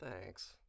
thanks